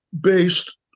based